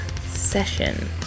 session